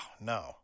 no